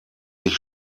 dich